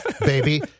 baby